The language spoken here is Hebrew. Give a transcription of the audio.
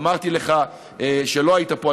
אמרתי לך כשלא היית פה,